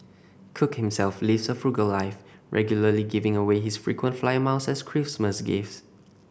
cook himself lives a frugal life regularly giving away his frequent flyer miles as Christmas gifts